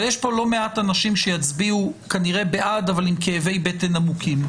אבל יש כאן לא מעט אנשים שיצביעו כנראה בעד אבל עם כאבי בטן עמוקים.